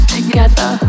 Together